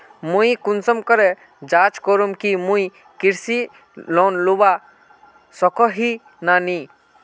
मुई कुंसम करे जाँच करूम की मुई कृषि लोन लुबा सकोहो ही या नी?